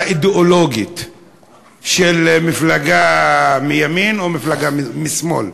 אידיאולוגית של מפלגה מימין או מפלגה משמאל,